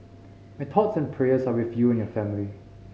my thoughts and prayers are with you and your family